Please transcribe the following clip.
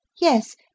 Yes